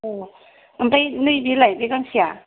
औ आमफाय नैबेलाय बे गांसेया